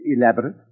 Elaborate